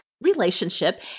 relationship